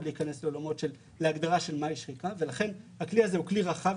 להיכנס להגדרה של מהי שחיקה ולכן הכלי הזה הוא כלי רחב